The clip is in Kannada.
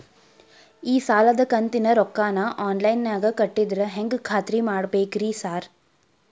ಈ ಸಾಲದ ಕಂತಿನ ರೊಕ್ಕನಾ ಆನ್ಲೈನ್ ನಾಗ ಕಟ್ಟಿದ್ರ ಹೆಂಗ್ ಖಾತ್ರಿ ಮಾಡ್ಬೇಕ್ರಿ ಸಾರ್?